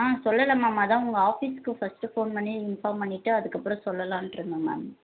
ஆ சொல்லலை மேம் அதுதான் உங்கள் ஆஃபீஸ்சுக்கு ஃபஸ்ட்டு ஃபோன் பண்ணி இன்ஃபாம் பண்ணிவிட்டு அதுக்கப்புறம் சொல்லலாம்னு இருந்தேன் மேம்